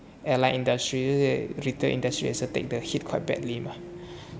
airline industry 这些 retail industry 也是 take the heat quite badly mah